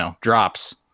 drops